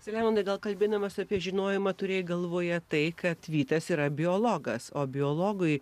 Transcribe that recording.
selemonai gal kalbėdamas apie žinojimą turėjai galvoje tai kad vytas yra biologas o biologui